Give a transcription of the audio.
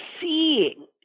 seeing